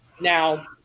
Now